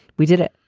we did it.